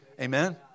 Amen